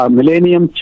Millennium